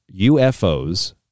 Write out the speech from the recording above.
UFOs